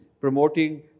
promoting